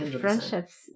friendships